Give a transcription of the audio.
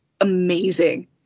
amazing